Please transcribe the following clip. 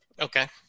okay